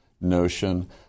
notion